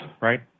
right